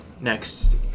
next